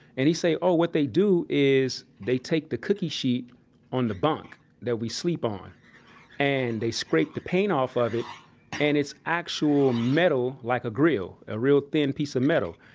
and he said, oh, what they do is they take the cookie sheet on the bunk that we sleep on and they scrape the paint off of it' and it's actual metal like a grill, a real thin piece of metal.